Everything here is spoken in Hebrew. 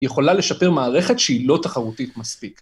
יכולה לשפר מערכת שהיא לא תחרותית מספיק.